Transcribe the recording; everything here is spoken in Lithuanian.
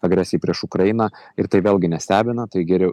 agresijai prieš ukrainą ir tai vėlgi nestebina tai geriau